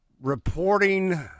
reporting